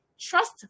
trust